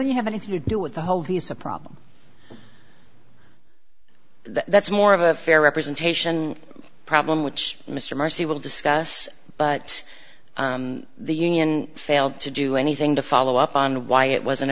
the you have anything to do with the whole vs a problem that's more of a fair representation problem which mr marcy will discuss but the union failed to do anything to follow up on why it was